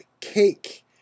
cake